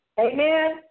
Amen